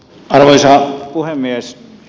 arvoisa puhemies